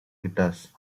guitars